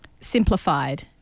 simplified